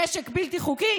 נשק בלתי חוקי?